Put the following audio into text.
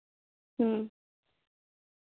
ᱦᱮᱸ